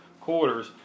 quarters